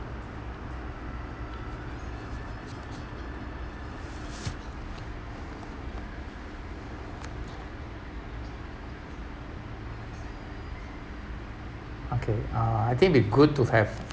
okay uh I think it'll be good to have